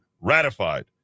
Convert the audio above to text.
ratified